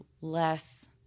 less –